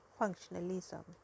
Functionalism